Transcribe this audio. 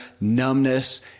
numbness